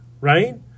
right